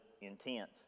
intent